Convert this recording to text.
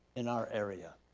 in our area.